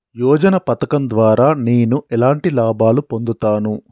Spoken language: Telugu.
యోజన పథకం ద్వారా నేను ఎలాంటి లాభాలు పొందుతాను?